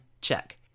check